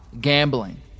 gambling